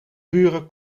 buren